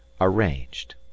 arranged